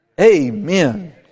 Amen